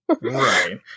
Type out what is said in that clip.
Right